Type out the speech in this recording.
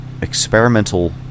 experimental